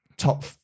top